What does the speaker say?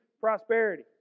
prosperity